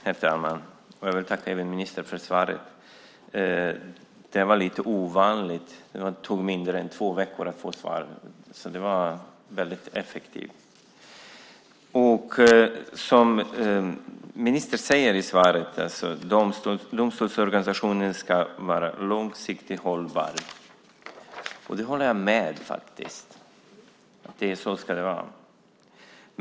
Herr talman! Jag vill tacka ministern för svaret. Det här var lite ovanligt, för det tog mindre än två veckor att få svar. Det var väldigt effektivt. Som ministern säger i svaret ska domstolsorganisationen vara långsiktigt hållbar. Det håller jag med om. Så ska det vara.